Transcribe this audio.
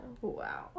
Wow